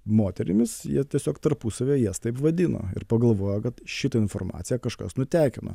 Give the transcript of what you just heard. moterimis jie tiesiog tarpusavyje jas taip vadino ir pagalvojo kad šitą informaciją kažkas nutekino